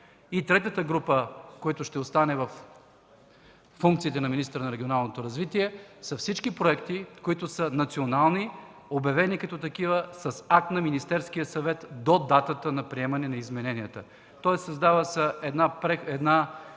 Третата група, която ще остане във функциите на министъра на регионалното развитие, са всички национални проекти, обявени като такива с акт на Министерския съвет до датата на приемане на измененията на закона.